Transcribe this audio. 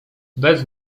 bez